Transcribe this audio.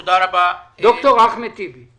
ד"ר אחמד טיבי.